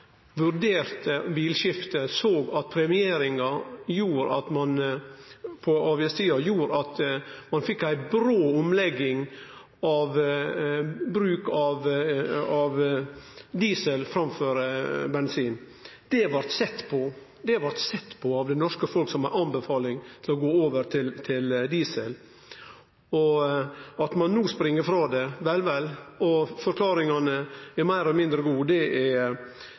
vurderte bilskifte, såg at premieringa på avgiftssida gjorde at ein fekk ei brå omlegging av bruk av diesel framfor bensin. Det blei sett på av det norske folket som ei anbefaling om å gå over til diesel. At ein no spring frå det, og forklaringane er meir eller mindre gode, registrerer vi. Så fekk vi eit spørsmål om vi ville anbefale at ein gjekk vekk ifrå diesel. Det denne regjeringa gjer, er